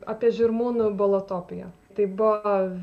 apie žirmūnų bolotopiją tai buvo